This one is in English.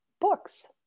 books